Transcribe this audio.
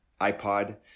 iPod